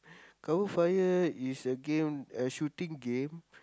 cover fire is a game a shooting game